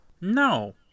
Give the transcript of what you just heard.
No